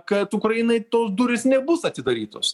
kad ukrainai tos durys nebus atidarytos